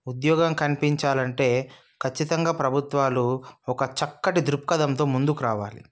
ఉద్యోగం కనిపించాలంటే ఖచ్చితంగా ప్రభుత్వాలు ఒక చక్కటి దృక్పథంతో ముందుకు రావాలి